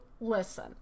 listen